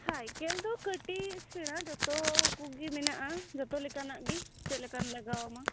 cycle ᱫᱚ ᱠᱟᱹᱴᱤᱡ ᱥᱮᱲᱟ ᱡᱚᱛᱚ ᱠᱚᱜᱮ ᱢᱮᱱᱟᱜᱼᱟ ᱡᱚᱛᱚ ᱞᱮᱠᱟᱱᱟᱜ ᱜᱮ ᱪᱮᱫ ᱞᱮᱠᱟᱱ ᱞᱟᱜᱟᱣᱟᱢᱟ